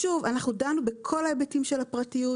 שוב, דנו בכל ההיבטים של הפרטיות.